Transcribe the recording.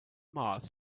mars